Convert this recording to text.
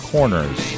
Corners